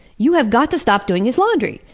you have got to stop doing his laundry!